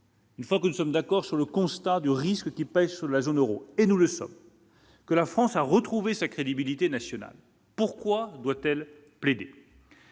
Une fois que nous sommes d'accord sur le constat de risques qui pèsent sur la zone Euro, et nous le sommes, que la France a retrouvé sa crédibilité nationale pourquoi doit-elle plaidé,